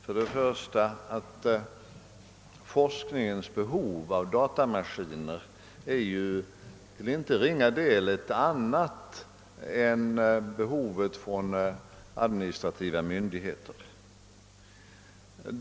Först och främst är forskningens behov av datamaskiner till inte ringa del ett annat än behovet hos administrativa myndigheter.